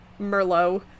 merlot